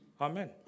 Amen